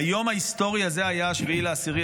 והיום ההיסטורי הזה היה 7 באוקטובר,